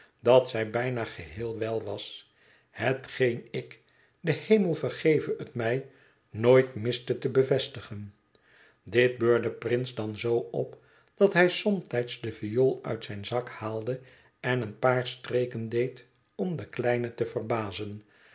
dat zij bijna geheel wel was hetgeen ik de hemel vergeve het mij nooit miste te bevestigen dit beurde prince dan zoo op dat hij somtijds de viool uit zijn zak haalde en een paar streken deed om de kleine te verbazen